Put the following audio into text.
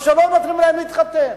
או שלא נותנים להם להתחתן.